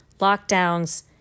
lockdowns